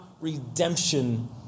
redemption